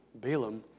Balaam